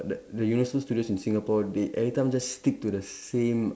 the the universal studios in Singapore they everytime just stick to the same